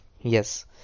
Yes